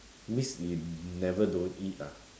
means you never don't eat ah